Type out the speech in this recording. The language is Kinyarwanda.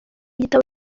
gitabo